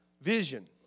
vision